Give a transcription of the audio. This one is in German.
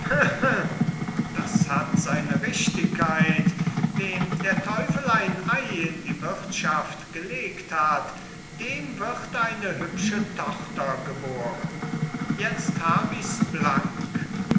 das hat seine richtigkeit wem der teufel ein ei in die wirthschaft gelegt hat dem wird eine hübsche tochter geboren jetzt hab ich's blank